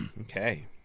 Okay